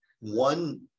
One